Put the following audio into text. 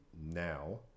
now